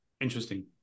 Interesting